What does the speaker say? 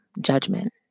judgment